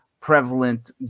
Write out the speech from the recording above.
prevalent